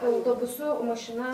autobusu mašina